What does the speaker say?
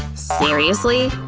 seriously?